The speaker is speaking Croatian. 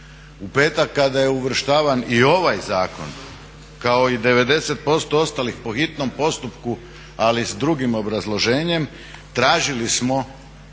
U petak kada je uvrštavan i ovaj zakon kao i 90% ostalih po hitnom postupku, ali s drugim obrazloženjem tražili smo